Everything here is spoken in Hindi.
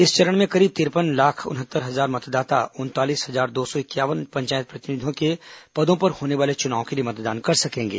इस चरण में करीब तिरपन लाख उनहत्तर हजार मतदाता उनतालीस हजार दो सौ इंक्यावन पंचायत प्रतिनिधियों के पदों पर होने वाले चुनाव के लिए मतदान कर सकेंगे